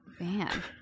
Man